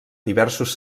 diversos